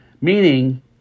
Meaning